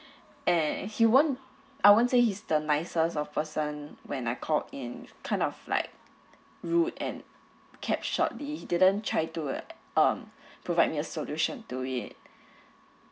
and he won't I won't say he's the nicest of person when I called in kind of like rude and kept shortly he didn't try to um provide me a solution to it